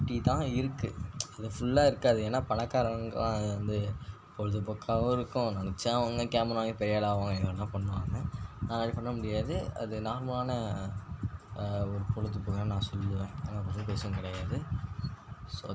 அப்படிதான் இருக்கு அது ஃபுல்லா இருக்காது ஏன்னா பணக்காரவங்களுக்குலாம் வந்து பொழுதுபோக்காகவும் இருக்கும் நினைச்சா அவங்க கேமரா வாங்கி பெரியாள் ஆவாங்கள் எது வேணா பண்ணுவாங்கள் நான் அப்படி பண்ணமுடியாது அது நார்மலான ஒரு பொழுதுபோக்காக நான் சொல்லுவேன் கிடையாது ஸோ